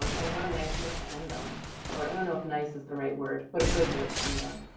um and what a nice note to end on or i don't know if nice is the right word, but a good note to end on.